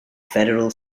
federal